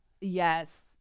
yes